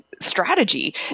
strategy